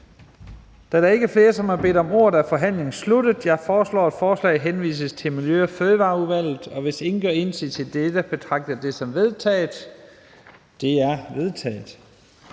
Da der ikke er flere, der har bedt om ordet, er forhandlingen sluttet. Jeg foreslår, at forslaget henvises til Miljø- og Fødevareudvalget. Hvis ingen gør indsigelse, betragter jeg dette som vedtaget. Det er vedtaget.